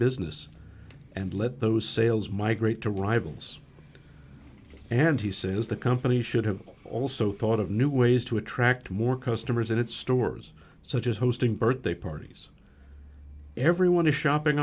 business and let those sales migrate to rivals and he says the company should have also thought of new ways to attract more customers in its stores such as hosting birthday parties everyone is shopping